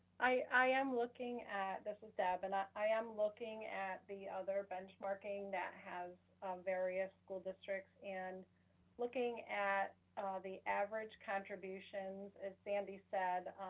i am looking at, this is deb, and i am looking at the other benchmarking that have various school districts, and looking at um ah the average contributions, as sandy said,